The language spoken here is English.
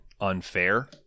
unfair